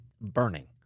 burning